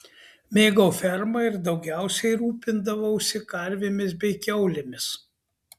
mėgau fermą ir daugiausiai rūpindavausi karvėmis bei kiaulėmis